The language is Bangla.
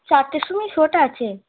চারটের সময় শোটা আছে